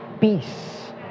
peace